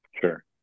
Sure